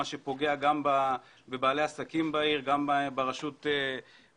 דבר שפוגע גם בבעלי העסקים בעיר וגם ברשות עצמה.